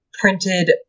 printed